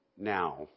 Now